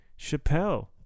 Chappelle